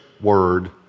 word